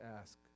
ask